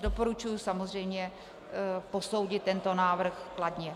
Doporučuji samozřejmě posoudit tento návrh kladně.